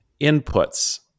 inputs